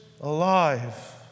alive